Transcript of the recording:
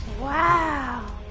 Wow